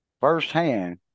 firsthand